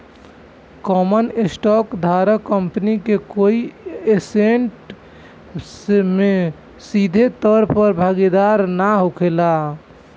common stock धारक company के कोई ऐसेट में सीधे तौर पर भागीदार ना होखेला